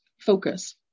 focus